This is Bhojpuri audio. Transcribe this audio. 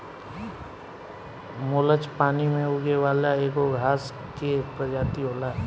मुलच पानी में उगे वाला एगो घास के प्रजाति होला